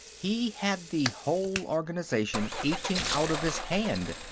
he had the whole organization eating out of his hand.